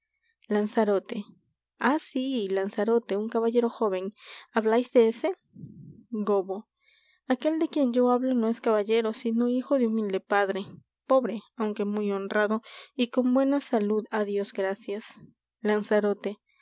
lanzarote ah sí lanzarote un caballero jóven hablais de ese gobbo aquel de quien yo hablo no es caballero sino hijo de humilde padre pobre aunque muy honrado y con buena salud á dios gracias lanzarote